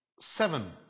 seven